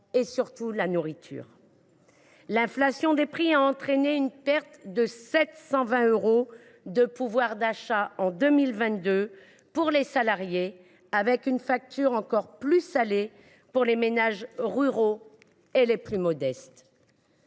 et, surtout, la nourriture. L’inflation a entraîné une perte de 720 euros du pouvoir d’achat des salariés en 2022, avec une facture encore plus salée pour les ménages ruraux et les plus modestes.